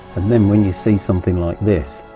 and then when you see something like this,